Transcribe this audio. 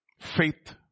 Faith